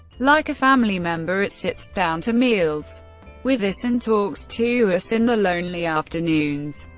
like a family member, it sits down to meals with us and talks to us in the lonely afternoons.